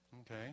Okay